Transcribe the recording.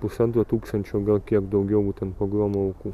pusantro tūkstančio gal kiek daugiau būtent pogromo aukų